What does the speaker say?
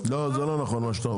לא זה לא נכון מה שאתה אומר.